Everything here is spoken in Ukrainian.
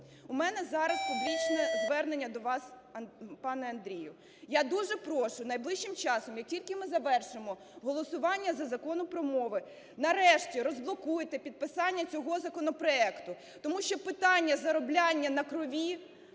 у мене зараз публічне звернення до вас, пане Андрію. Я дуже прошу найближчим часом, як тільки ми завершимо голосування за Закон про мови, нарешті розблокуйте підписання цього законопроекту. Тому що питання заробляння на крові,